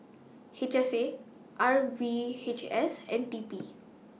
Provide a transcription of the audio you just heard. H S A R V H S and T P